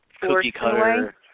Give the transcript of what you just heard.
cookie-cutter